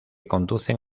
conducen